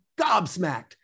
gobsmacked